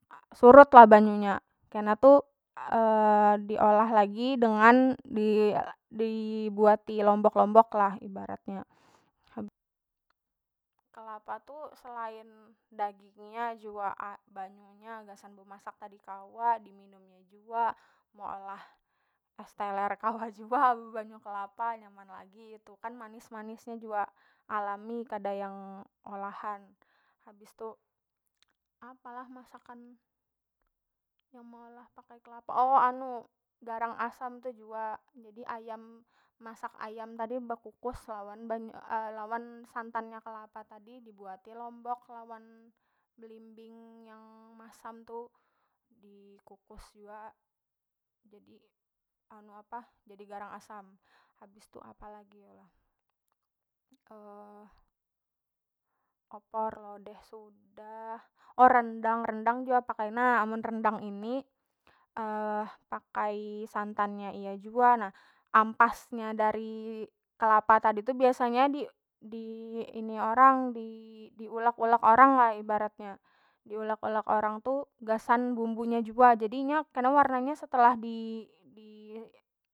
Surutlah banyunya kena tu diolah lagi dengan di- dibuati lombok- lombok lah ibaratnya. Kelapa tu selain dagingnya jua banyu nya gasan bemasak tadi kawa diminum iya jua meolah eh teler kawa jua bebanyu kelapa nyaman lagi itu kan manis- manis nya jua alami kada yang olahan habis tu apalah masakan yang meolah pakai kelapa oh anu garang asam tu jua jadi ayam masak ayam tadi bekukus lawan lawan santan nya kelapa tadi dibuati lombok lawan belimbing yang masam tu dikukus jua jadi anu apah jadi garang asam, habis tu apa lagi yo lah opor lodeh sudah oh rendang- rendang jua pake nah, amun rendang ini pakai santan nya iya jua ampasnya dari kelapa tadi tu biasanya di di ini orang di ulek- ulek orang lah ibaratnya di ulek- ulek orang tu gasan bumbu nya jua jadi nya kena warna nya setelah di- di.